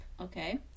Okay